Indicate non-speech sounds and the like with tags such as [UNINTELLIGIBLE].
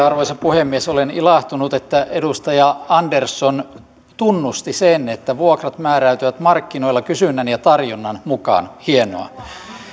[UNINTELLIGIBLE] arvoisa puhemies olen ilahtunut että edustaja andersson tunnusti sen että vuokrat määräytyvät markkinoilla kysynnän ja tarjonnan mukaan hienoa